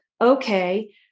okay